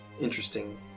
interesting